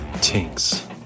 Tinks